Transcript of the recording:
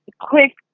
quick